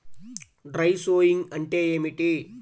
Dry sowing అంటే ఏమిటి?